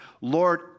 Lord